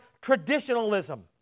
traditionalism